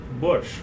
bush